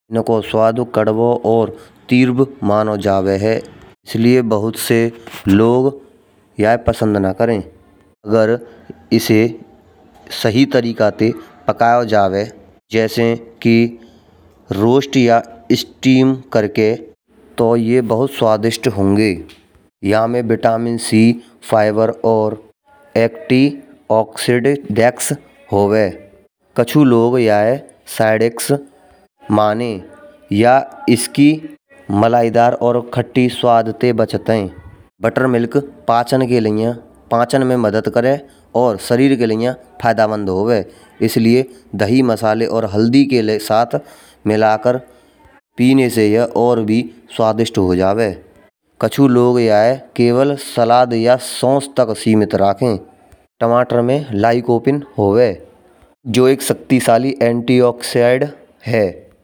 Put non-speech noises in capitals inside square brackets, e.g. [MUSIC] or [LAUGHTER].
इनको स्वाद, कड़वा और तीर्व मानो जावे है। इसलिए बहुत से लोग यह पसंद न करें। अगर इसे सही तरीके ते पकायो जावे। जैसे के रोस्ट या स्टीम करके तो यह बहुत स्वादिष्ट होंगे। या में विटामिन सी, फाइबर और एंटी ऑक्सीडेंट्स होवे। कछू लोग याये [नॉइज़] सेडडक्स माने। या इसकी मलाईदार और खट्टी स्वाद ते बचाते हैं। बटरमिल्क पाचन के लइया पाचन में मदद करें और शरीर के लइया फायदेमंद होवे। इसलिए दही मसाले और हल्दी के लिए साथ मिलाकर पीने से या और भी स्वादिष्ट हो जावे। कछू लोग याये केवल सलाद या सॉस तक सीमित रखे। टमाटर में लाइकोपिन होवे। जो एक शक्तिशाली एंटीऑक्सीडेंट है।